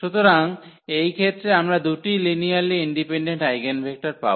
সুতরাং এই ক্ষেত্রে আমরা দুটি লিনিয়ারলি ইন্ডিপেনডেন্ট আইগেনভেক্টর পাব